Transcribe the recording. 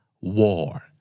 War